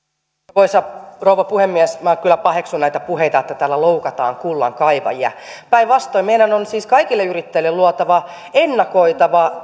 arvoisa rouva puhemies minä kyllä paheksun näitä puheita että täällä loukataan kullankaivajia päinvastoin meidän on siis kaikille yrittäjille luotava ennakoitava